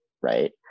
right